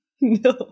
No